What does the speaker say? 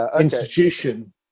institution